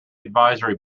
advisory